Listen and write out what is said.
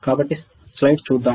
కాబట్టి స్లైడ్ చూద్దాం